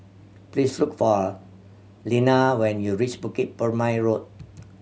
please look for Leana when you reach Bukit Purmei Road